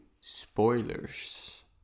spoilers